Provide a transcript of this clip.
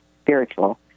spiritual